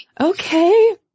Okay